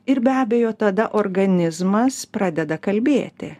ir be abejo tada organizmas pradeda kalbėti